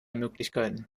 möglichkeiten